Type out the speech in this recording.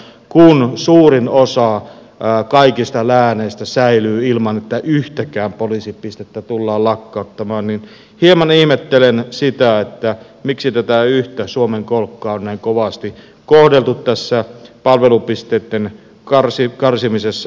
kun suurin osa kaikista lääneistä säilyy ilman että yhtäkään poliisipistettä tullaan lakkauttamaan niin hieman ihmettelen sitä miksi tätä yhtä suomen kolkkaa on näin kovasti kohdeltu tässä palvelupisteitten karsimisessa